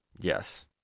Yes